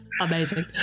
amazing